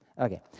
Okay